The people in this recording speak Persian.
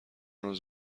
روز